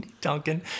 Duncan